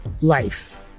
Life